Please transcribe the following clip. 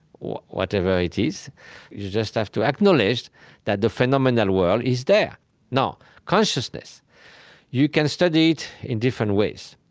whatever it is. you just have to acknowledge that the phenomenal world is there now consciousness you can study it in different ways.